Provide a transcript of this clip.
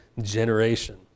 generation